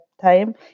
time